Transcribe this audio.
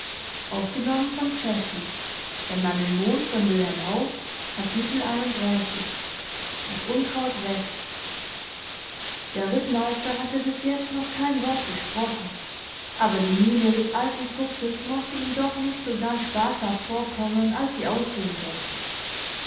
das unkraut wächst der rittmeister hatte bis jetzt noch kein wort gesprochen aber die miene des alten fuchses mochte ihm doch nicht so ganz spaßhaft vorkommen als sie aussehen sollte